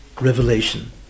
revelation